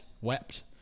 wept